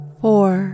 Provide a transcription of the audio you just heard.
four